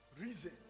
Reason